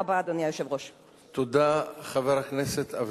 תודה רבה, אדוני היושב-ראש.